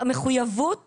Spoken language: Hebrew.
המחויבות